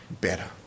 better